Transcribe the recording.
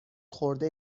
خورده